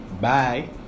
bye